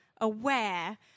aware